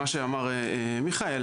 מה שאמר מיכאל,